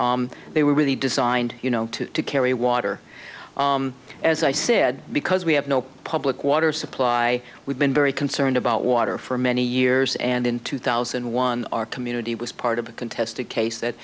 they were really designed you know to carry water as i said because we have no public water supply we've been very concerned about water for many years and in two thousand one community was part of a contested case that